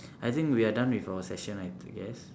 I think we are done with our session I guess